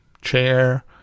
chair